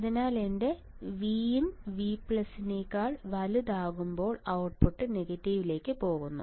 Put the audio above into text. അതിനാൽ എന്റെ Vin V നേക്കാൾ വലുതാകുമ്പോൾ ഔട്ട്പുട്ട് നെഗറ്റീവിലേക്ക് പോകുന്നു